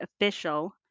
official